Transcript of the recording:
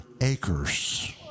acres